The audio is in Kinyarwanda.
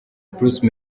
bruce